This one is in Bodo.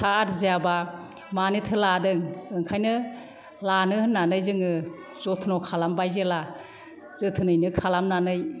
फिसा आरजियाबा मानोथो लादों ओंखायनो लानो होन्नानै जोङो जथन' खालामबाय जेला जोथोनैनो खालामनानै